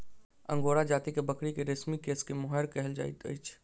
angora जाति के बकरी के रेशमी केश के मोहैर कहल जाइत अछि